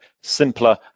simpler